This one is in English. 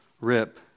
rip